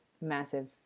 massive –